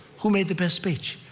who made the best speech?